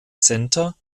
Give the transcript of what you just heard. center